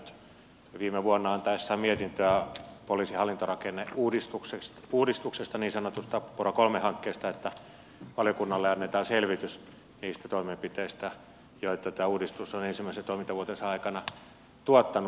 hallintovaliokunta on pyytänyt viime vuonna tehdessään mietintöä poliisin hallintorakenneuudistuksesta niin sanotusta pora iii hankkeesta että valiokunnalle annetaan selvitys niistä toimenpiteistä joita tämä uudistus on ensimmäisen toimintavuotensa aikana tuottanut